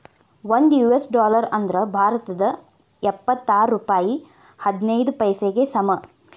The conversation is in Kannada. ಒಂದ್ ಯು.ಎಸ್ ಡಾಲರ್ ಅಂದ್ರ ಭಾರತದ್ ಎಪ್ಪತ್ತಾರ ರೂಪಾಯ್ ಹದಿನೈದ್ ಪೈಸೆಗೆ ಸಮ